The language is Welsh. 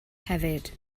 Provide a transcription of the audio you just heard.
hefyd